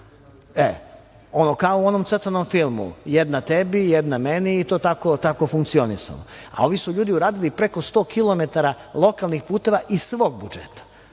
E, ono kao u onom crtanom filmu – jedna tebi, jedna meni i to je tako funkcionisalo. A ovi su ljudi odradili preko 100 kilometara lokalnih puteva iz svog budžeta. Evo